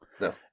No